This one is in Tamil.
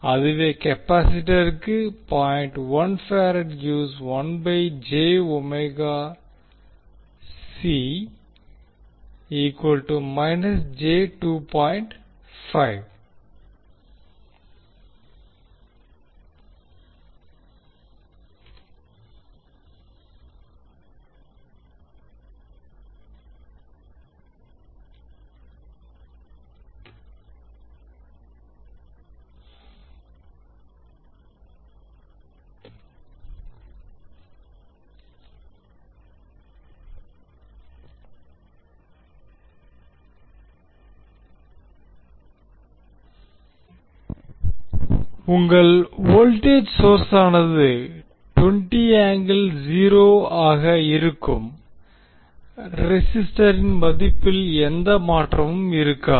அதுவே கெபாசிட்டருக்கு உங்கள் வோல்டேஜ் சோர்ஸானது 20∠0 ஆக இருக்கும் ரெஸிஸ்டரின் மதிப்பில் எந்த மாற்றமும் இருக்காது